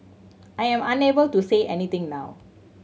I am unable to say anything now